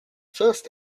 first